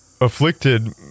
afflicted